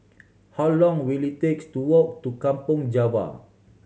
how long will it takes to walk to Kampong Java